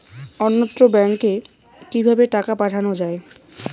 অন্যত্র ব্যংকে কিভাবে টাকা পাঠানো য়ায়?